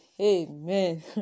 Amen